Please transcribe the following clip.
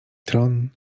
tron